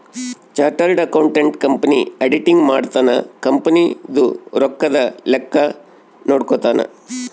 chartered accountant company auditing ಮಾಡ್ತನ company ದು ರೊಕ್ಕದ ಲೆಕ್ಕ ನೋಡ್ಕೊತಾನ